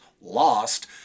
lost